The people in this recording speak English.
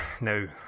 No